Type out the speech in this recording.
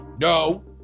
No